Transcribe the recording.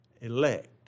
Elect